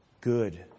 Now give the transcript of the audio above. Good